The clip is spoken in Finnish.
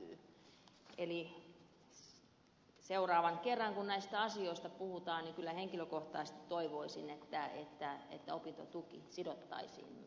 eli seuraavan kerran kun näistä asioista puhutaan kyllä henkilökohtaisesti toivoisin että opintotuki sidottaisi